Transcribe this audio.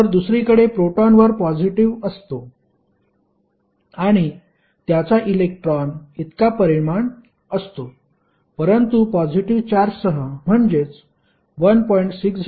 तर दुसरीकडे प्रोटॉनवर पॉजिटीव्ह असतो आणि त्याचा इलेक्ट्रॉन इतका परिमाण असतो परंतु पॉजिटीव्ह चार्जसह म्हणजेच 1